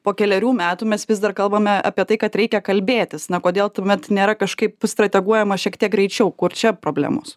po kelerių metų mes vis dar kalbame apie tai kad reikia kalbėtis na kodėl tuomet nėra kažkaip strateguojama šiek tiek greičiau kur čia problemos